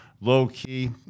low-key